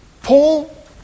Paul